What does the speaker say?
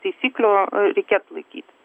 taisyklių reikėtų laikytis